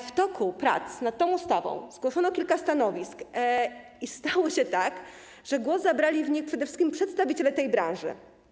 W toku prac nad tą ustawą zgłoszono kilka stanowisk i stało się tak, że głos zabrali w niej przede wszystkim przedstawiciele tej branży.